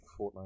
Fortnite